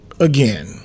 Again